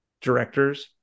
directors